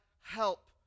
help